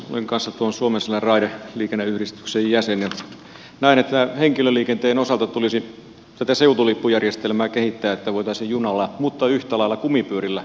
olen kanssa tuon suomenselän raideliikenneyhdistyksen jäsen ja näen että henkilöliikenteen osalta tulisi tätä seutulippujärjestelmää kehittää että voitaisiin junalla mutta yhtä lailla kumipyörillä tehdä tätä liikennettä